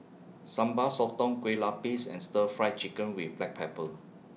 Sambal Sotong Kueh Lapis and Stir Fry Chicken with Black Pepper